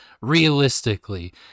realistically